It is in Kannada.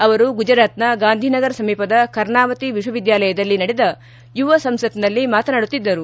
ಅವರು ಗುಜರಾತ್ನ ಗಾಂಧಿನಗರ್ ಸಮೀಪದ ಕರ್ನಾವತಿ ವಿಕ್ವವಿದ್ಯಾಲಯದಲ್ಲಿ ನಡೆದ ಯುವ ಸಂಸತ್ನಲ್ಲಿ ಮಾತನಾಡುತ್ತಿದ್ದರು